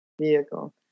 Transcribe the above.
vehicle